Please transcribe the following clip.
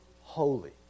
holy